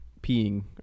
peeing